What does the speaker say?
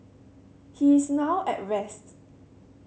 he is now at rest